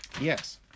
Yes